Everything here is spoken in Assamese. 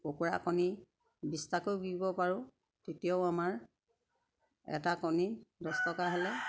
কুকুৰা কণী বিছটাকৈ বিকিব পাৰোঁ তেতিয়াও আমাৰ এটা কণী দছ টকা হ'লে